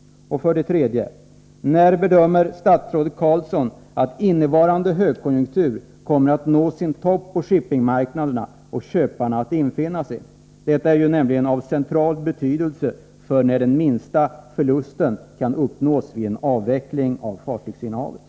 3. När bedömer statsrådet Carlsson att innevarande högkonjunktur kommer att nå sin topp på shippingmarknaden och köparna infinna sig? Detta är av central betydelse för att man skall kunna avgöra när den minsta förlusten kan uppnås vid en avveckling av fartygsinnehavet.